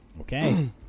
okay